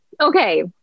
okay